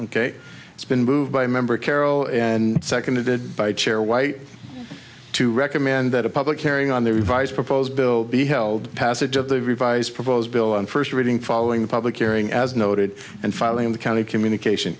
ok it's been moved by member carol and seconded by chair white to recommend that a public airing on the revised proposed bill be held passage of the revised proposed bill on first reading following the public hearing as noted and filing in the county communication